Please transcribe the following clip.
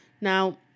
Now